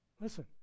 Listen